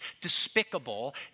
despicable